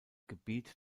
gebiet